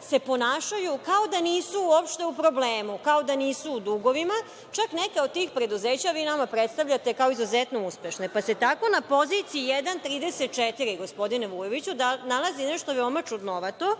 se ponašaju kao da nisu uopšte u problemu, kao da nisu u dugovima, čak neka od tih preduzeća nama predstavljate kao izuzetno uspešna. Tako se na poziciji 1.34 gospodine Vujoviću, nalazi nešto veoma čudnovato.